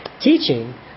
teaching